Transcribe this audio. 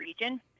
region